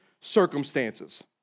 circumstances